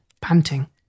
panting